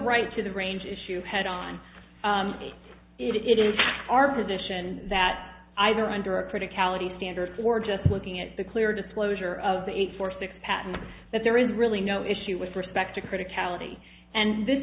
right to the range issue head on it is our position that either under a critic ality standard or just looking at the clear disclosure of the eight for six patent that there is really no issue with respect to criticality and this